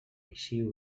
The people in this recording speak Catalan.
així